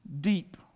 deep